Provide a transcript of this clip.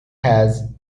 has